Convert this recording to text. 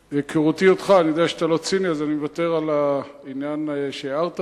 מהיכרותי אותך אני יודע שאתה לא ציני ואני מוותר על העניין שהערת בו.